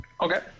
Okay